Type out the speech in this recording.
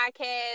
podcast